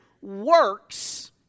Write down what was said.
works